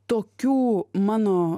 tokių mano